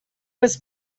was